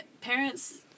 parents